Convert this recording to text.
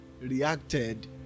reacted